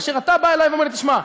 כאשר אתה בא אלי ואומר לי: תשמע,